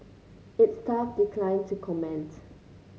its staff declined to comment